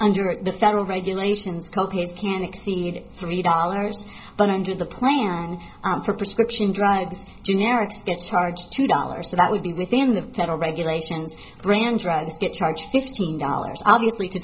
under the federal regulations companies can exceed three dollars but under the plan for prescription drugs generic spits charge two dollars so that would be within the federal regulations brand drugs get charged fifteen dollars obviously to